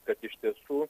kad iš tiesų